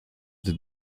des